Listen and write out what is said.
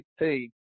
16